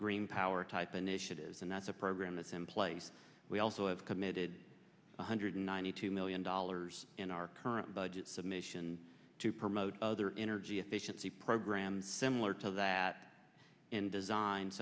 green power type initiatives and that's a program that's in place we also have committed one hundred ninety two million dollars in our current budget submission to promote other energy efficiency programs similar to that in design